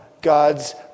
God's